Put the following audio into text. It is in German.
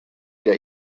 der